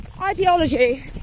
ideology